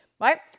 right